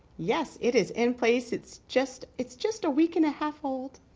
yes, it is in place, it's just it's just a week and a half old.